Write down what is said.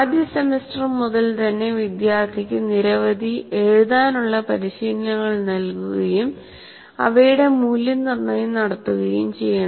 ആദ്യ സെമസ്റ്റർ മുതൽ തന്നെ വിദ്യാർത്ഥിക്ക് നിരവധി എഴുതാനുള്ള പരിശീലനങ്ങൾ നൽകുകയും അവയുടെ മൂല്യനിർണയം നടത്തുകയും വേണം